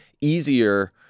easier